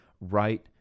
right